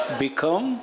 become